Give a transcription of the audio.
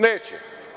Neće.